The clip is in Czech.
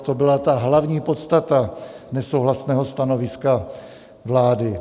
To byla hlavní podstata nesouhlasného stanoviska vlády.